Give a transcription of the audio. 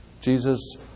Jesus